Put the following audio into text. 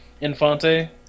Infante